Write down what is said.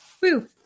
Woo